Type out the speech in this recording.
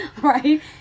right